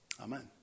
Amen